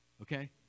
Okay